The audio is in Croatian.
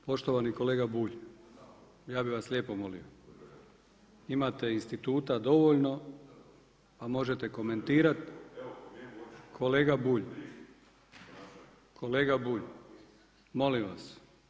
Poštovani kolega Bulj, ja bi vas lijepo molio, imate instituta dovoljno, a možete komentirati … [[Upadica se ne čuje.]] kolega Bulj, molim vas.